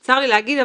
צר לי להגיד,